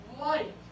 light